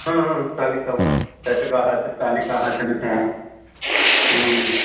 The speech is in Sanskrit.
हा हा स्थालिकां चषकाः स्थालिकाः चमसाः